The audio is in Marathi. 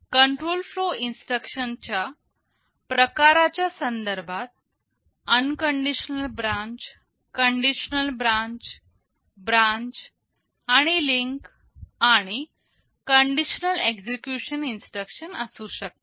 कंट्रोल फ्लो इन्स्ट्रक्शन च्या प्रकाराच्या संदर्भात unconditional branch conditional branch branch आणि लिंक आणि कंडिशनल एक्झिक्युशन इन्स्ट्रक्शन असू शकतात